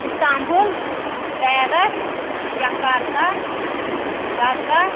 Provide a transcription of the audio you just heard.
Istanbul Paris Jakarta Dhaka